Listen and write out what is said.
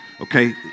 Okay